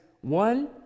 one